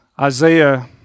Isaiah